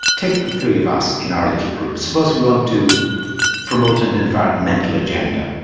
take the three of us in our little group. suppose we want to promote an environmental agenda,